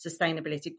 sustainability